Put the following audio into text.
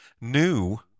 new